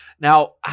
Now